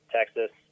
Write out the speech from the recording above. Texas